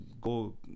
go